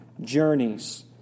journeys